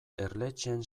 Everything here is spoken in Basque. erletxeen